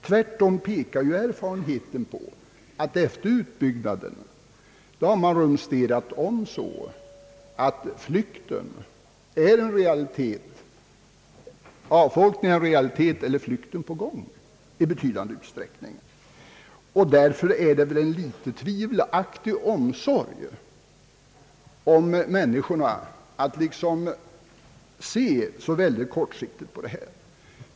Tvärtom pekar ju erfarenheten på att man rumsterar om vid utbyggnaden på ett sådant sätt att avfolkningen sedan är en realitet eller flykten i gång i betydande utsträckning. Därför är det väl en litet tvivelaktig omsorg om människorna att se så väldigt kortsiktigt på detta problem.